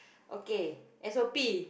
okay S_O_P